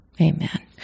Amen